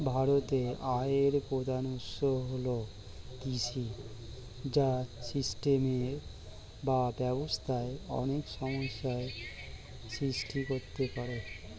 ভারতের আয়ের প্রধান উৎস হল কৃষি, যা সিস্টেমে বা ব্যবস্থায় অনেক সমস্যা সৃষ্টি করতে পারে